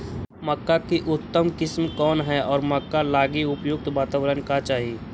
मक्का की उतम किस्म कौन है और मक्का लागि उपयुक्त बाताबरण का चाही?